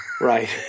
Right